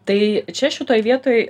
tai čia šitoj vietoj